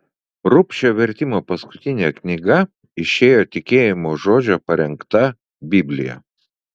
rubšio vertimo paskutinė knyga išėjo tikėjimo žodžio parengta biblija